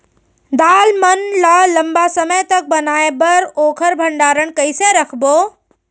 दाल मन ल लम्बा समय तक बनाये बर ओखर भण्डारण कइसे रखबो?